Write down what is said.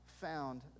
found